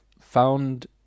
found